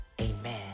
Amen